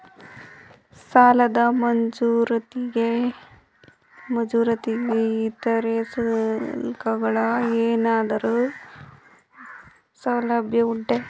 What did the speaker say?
ಸಾಲದ ಮಂಜೂರಾತಿಗೆ ಇತರೆ ಶುಲ್ಕಗಳ ಏನಾದರೂ ಸೌಲಭ್ಯ ಉಂಟೆ?